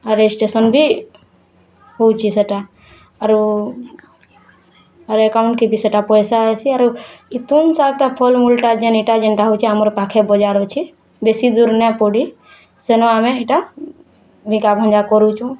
ଆର୍ registration ବି ହେଉଛି ସେଟା ଆରୁ ଆରେ କ'ଣ କି ସେଟା ବି ପଇସା ଆସି ଆରୁ ଏ ତୁନ୍ ଚାରିଟା ଫଲମୂଲଟା ଯେନ୍ଟା ଯେନ୍ଟା ହେଉଛି ଆମର୍ ପାଖେ ବଜାର ଅଛି ବେଶୀ ଦୂର୍ ନା ପଡ଼ି ସେନ ଆମେ ଏଇଟା ବିକା ଭଙ୍ଗା କରୁଛୁଁ